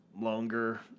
longer